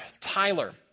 Tyler